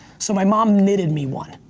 so, my mom knitted me one.